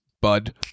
bud